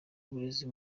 uburezi